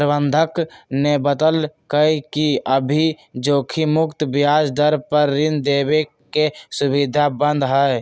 प्रबंधक ने बतल कई कि अभी जोखिम मुक्त ब्याज दर पर ऋण देवे के सुविधा बंद हई